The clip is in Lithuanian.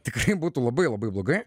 tikrai būtų labai labai blogai